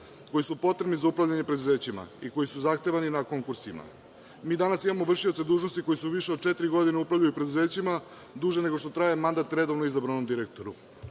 koji su potrebni za upravljanje preduzećima i koji su zahtevani na konkursima. Mi danas imamo vršioce dužnosti koji više od četiri godine upravljaju preduzećima, duže nego što traje mandat redovno izbranom direktoru